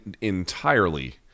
entirely